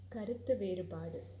கருத்து வேறுபாடு